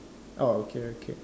orh okay okay